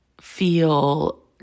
feel